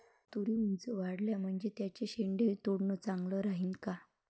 तुरी ऊंच वाढल्या म्हनजे त्याचे शेंडे तोडनं चांगलं राहीन का?